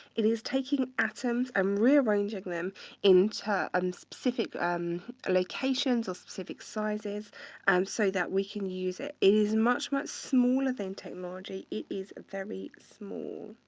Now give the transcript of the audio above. it is taking atoms and um rearranging them into um specific um locations or specific sizes um so that we can use it. it is much, much smaller than technology. it is very small,